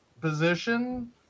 position